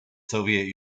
soviet